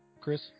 Chris